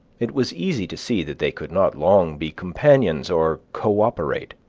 it was easy to see that they could not long be companions or co-operate,